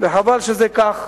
וחבל שזה כך,